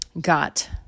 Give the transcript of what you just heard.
got